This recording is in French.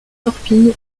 torpille